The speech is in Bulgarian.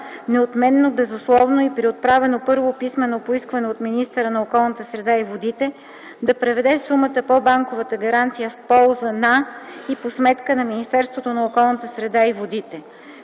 неотменно, безусловно и при отправено първо писмено поискване от министъра на околната среда и водите да преведе сумата по банковата гаранция в полза на и по сметка на Министерството на околната